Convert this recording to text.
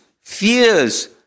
fears